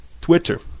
Twitter